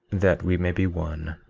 that we may be one,